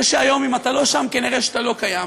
זה שהיום, אם אתה לא שם, כנראה אתה לא קיים.